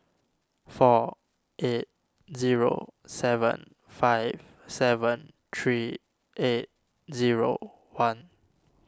four eight zero seven five seven three eight zero one